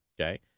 Okay